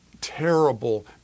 terrible